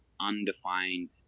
undefined